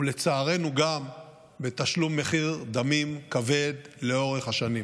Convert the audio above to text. ולצערנו, גם בתשלום מחיר דמים כבד לאורך השנים.